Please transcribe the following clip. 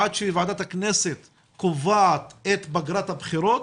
עד שוועדת הכנסת קובעת את פגרת הבחירות,